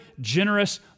generous